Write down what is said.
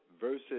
versus